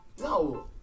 No